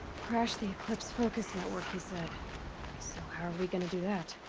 crash the eclipse focus network, he said. so how are we gonna do that?